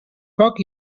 foc